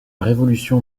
révolution